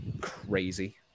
crazy